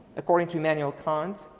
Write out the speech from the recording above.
according to immanuel kant,